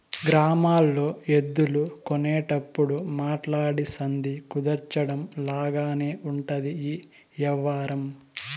గ్రామాల్లో ఎద్దులు కొనేటప్పుడు మాట్లాడి సంధి కుదర్చడం లాగానే ఉంటది ఈ యవ్వారం